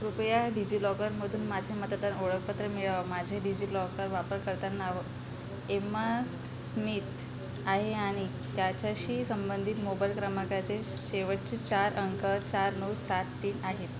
कृपया डिजिलॉकरमधून माझे मदतान ओळखपत्र मिळव माझे डिजिलॉकर वापरकर्ता नाव एम्म स्मिथ आहे आणि त्याच्याशी संबंधित मोबाईल क्रमांकाचे शेवटचे चार अंक चार नऊ सात तीन आहेत